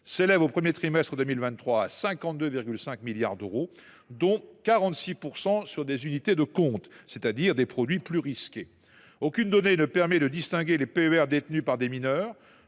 s’élèvent au premier trimestre 2023 à 52,5 milliards d’euros, dont 46 % sont placés sur des unités de compte, c’est à dire des produits plus risqués. Aucune donnée ne permet de distinguer les PER détenus par des mineurs,